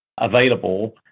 available